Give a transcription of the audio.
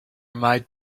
might